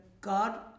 God